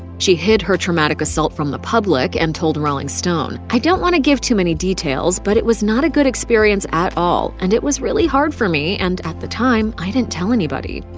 she hid her traumatic assault from the public and told rolling stone i don't wanna give too many details. but it was not a good experience at all, and it was really hard for me, and, at the time, i didn't tell anybody.